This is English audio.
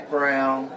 Brown